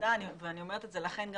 ירדה מה-זום ולכן אני אומרת את זה בזהירות